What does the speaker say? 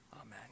Amen